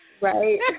Right